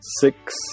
six